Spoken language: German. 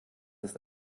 ist